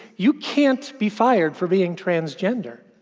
you can't be fired for being transgender,